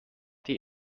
die